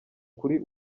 kuri